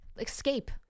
escape